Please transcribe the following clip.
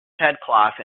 headcloth